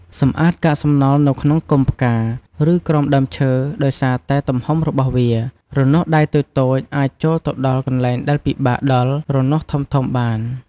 សម្អាតកាកសំណល់នៅក្នុងគុម្ពផ្កា ឬក្រោមដើមឈើ ដោយសារតែទំហំរបស់វា រនាស់ដៃតូចៗអាចចូលទៅដល់កន្លែងដែលពិបាកដល់រនាស់ធំៗបាន។